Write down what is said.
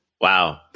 Wow